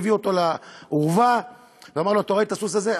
הביא אותו לאורווה ואמר לו: אתה רואה את הסוס הזה?